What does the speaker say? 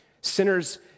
Sinners